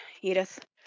Edith